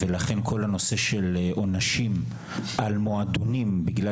לכן כל הנושא של עונשים על מועדונים בגלל